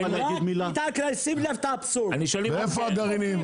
איפה הגרעינים?